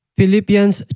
Philippians